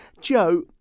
Joe